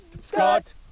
Scott